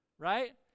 Right